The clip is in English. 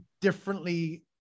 differently